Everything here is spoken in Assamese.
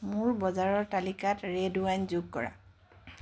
মোৰ বজাৰৰ তালিকাত ৰে'ড ওৱাইন যোগ কৰা